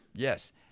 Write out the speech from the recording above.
Yes